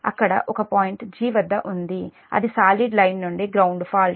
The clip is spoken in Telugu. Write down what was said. అక్కడ ఒక ఫాల్ట్ పాయింట్ 'g' వద్ద ఉంది అది సాలిడ్ లైన్ నుండి గ్రౌండ్ ఫాల్ట్